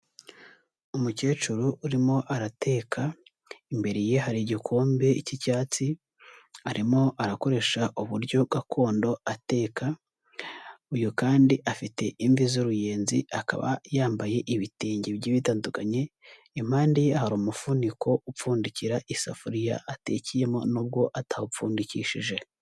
Umukecuru urimo arateka, imbere ye hari igikombe cy'icyatsi, arimo arakoresha uburyo gakondo ateka, uyu kandi afite imvi z'uruyenzi, akaba yambaye ibitenge bigiye bitandukanye, impande ye hari umufuniko, upfundikira isafuriya atekeyemo n'ubwo atawupfundikishije.